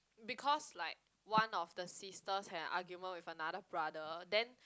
because like one of the sisters had an argument with another brother then